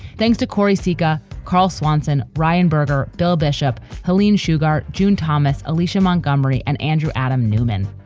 thanks to corey seager, carl swanson, brian berger, bill bishop, helene shugart, june thomas, alicia montgomery and andrew adam newman.